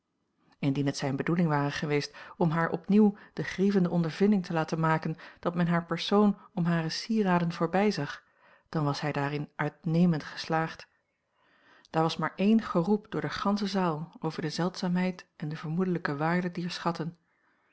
indien het zijne bedoeling ware geweest om haar opnieuw de grievende ondervinding te laten maken dat men haar persoon om hare sieraden voorbijzag dan was hij daarin uitnemend geslaagd daar was maar één geroep door de gansche zaal over de zeldzaamheid en de vermoedelijke waarde dier schatten